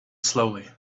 slowly